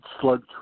slug